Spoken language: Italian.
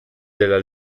della